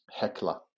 Hekla